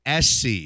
SC